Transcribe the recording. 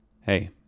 Hey